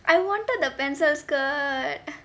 I wanted the pencil skirt